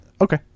Okay